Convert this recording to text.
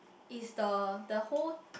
it's the the whole